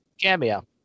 cameo